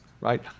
right